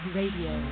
radio